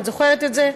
את זוכרת את זה?